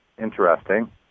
interesting